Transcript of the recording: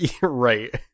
right